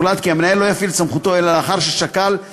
הוחלט כי המנהל לא יפעיל את סמכותו אלא לאחר ששקל את